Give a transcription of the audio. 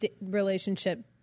relationship